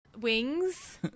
Wings